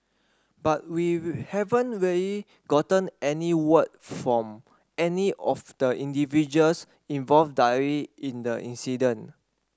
but we haven't really gotten any word from any of the individuals involved directly in the incident